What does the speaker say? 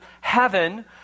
heaven